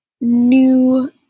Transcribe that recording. new